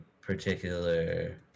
particular